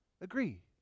agree